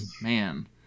man